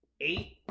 eight